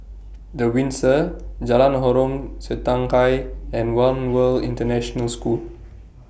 The Windsor Jalan Harom Setangkai and one World International School